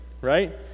right